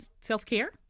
Self-care